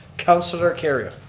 counselor kerrio.